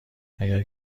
اگه